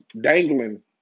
dangling